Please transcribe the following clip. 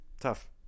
Tough